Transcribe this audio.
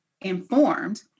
informed